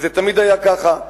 וזה תמיד היה כך.